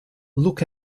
look